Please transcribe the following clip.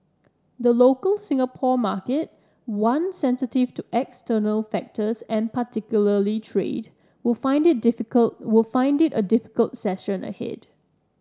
the local Singapore market one sensitive to external factors and particularly trade would find it difficult would find it a difficult session ahead